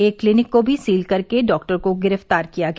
एक क्लीनिक को भी सील कर के डॉक्टर को गिरफ्तार किया गया